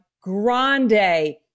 grande